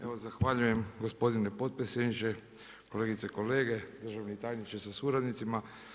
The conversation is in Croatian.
Evo zahvaljujem gospodine potpredsjedniče, kolegice i kolege, državni tajniče sa suradnicima.